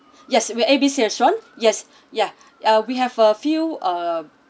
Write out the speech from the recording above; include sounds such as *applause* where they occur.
*breath* yes we're A B C restaurant yes *breath* yeah uh we have a few uh